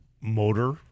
motor